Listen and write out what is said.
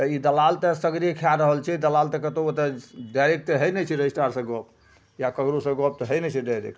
तऽ ई दलाल तऽ सगरे खै रहल छै दलाल तऽ कतहु ओतए डाइरेक्ट तऽ होइ नहि छै रजिस्ट्रारसे गप या ककरोसे गप तऽ होइ नहि छै डाइरेक्ट